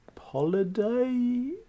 holiday